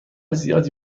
زیادی